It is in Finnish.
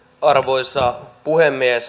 arvoisa puhemies